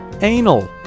Anal